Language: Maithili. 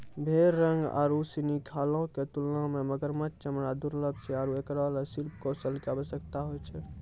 भेड़ रंग आरु सिनी खालो क तुलना म मगरमच्छ चमड़ा दुर्लभ छै आरु एकरा ल शिल्प कौशल कॅ आवश्यकता होय छै